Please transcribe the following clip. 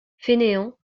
fainéant